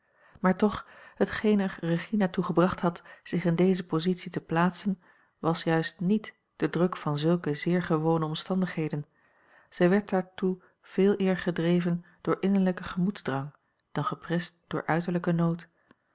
maar toch hetgeen er regina toe gebracht had zich in deze positie te plaatsen was juist niet de druk van zulke zeer gewone omstandigheden zij werd daartoe veeleer gedreven door innerlijken gemoedsdrang dan geprest door uiterlijken nood